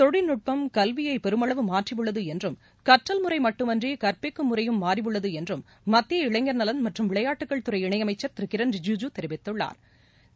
தொழில்நுட்பம் கல்வியை பெருமளவு மாற்றியுள்ளது என்றும் கற்றல்முறை மட்டுமன்றி கற்பிக்கும் முறையும் மாறியுள்ளது என்றும் மத்திய இளைஞர் நலன் மற்றும் விளையாட்டுக்கள் துறை இணை அமைச்சா் திரு கிரண் ரிஜிஜூ தெரிவித்துள்ளாா்